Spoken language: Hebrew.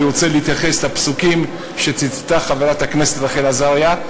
אני רוצה להתייחס לפסוקים שציטטה חברת הכנסת רחל עזריה,